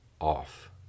off